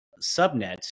subnet